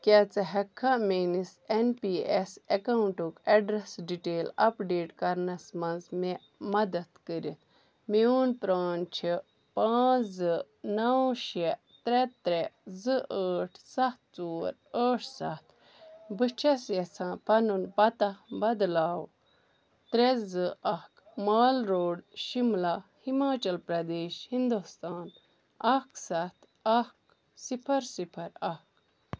کیٛاہ ژٕ ہٮ۪ککھا میٛٲنِس اٮ۪ن پی اٮ۪س اٮ۪کاوُنٛٹُک اٮ۪ڈرَس ڈِٹیل اَپڈیٹ کَرنَس منٛز مےٚ مدتھ کٔرِتھ میون پرٛان چھِ پانٛژھ زٕ نَو شےٚ ترٛےٚ ترٛےٚ زٕ ٲٹھ ستھ ژور ٲٹھ ستھ بہٕ چھَس یژھان پَنُن پَتہ بدلاو ترٛےٚ زٕ اکھ مال روڈ شملہ ہماچل پرٛدیش ہندوستان اکھ ستھ اکھ صِفر صِفر اکھ